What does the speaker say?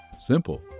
Simple